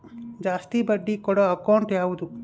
ಜಾಸ್ತಿ ಬಡ್ಡಿ ಕೊಡೋ ಅಕೌಂಟ್ ಯಾವುದು?